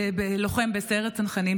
לוחם בסיירת צנחנים,